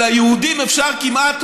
על היהודים אפשר כמעט,